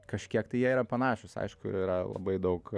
kažkiek tai jie yra panašūs aišku yra labai daug